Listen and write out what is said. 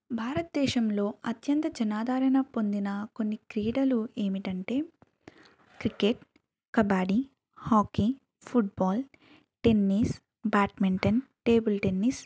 భారతదేశంలో అత్యంత జనాధారణ పొందిన కొన్ని క్రీడలు ఏమిటంటే cricket kabaddi hockey football tennis badminton table tennis